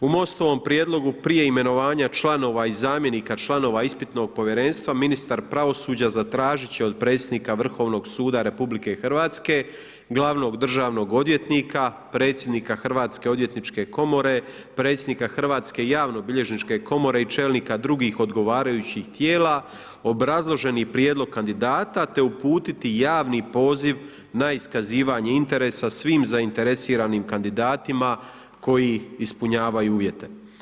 U Mostovom prijedlogu prije imenovanja članova i zamjenika članova ispitnog povjerenstva ministar pravosuđa zatražit će od predsjednika Vrhovnog suda RH, glavnog državnog odvjetnika, predsjednika Hrvatske odvjetničke komore, predsjednika Hrvatske javno bilježničke komore i čelnika drugih odgovarajućih tijela obrazloženi prijedlog kandidata te uputiti javni poziv na iskazivanje interesa svim zainteresiranim kandidatima koji ispunjavaju uvjete.